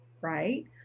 right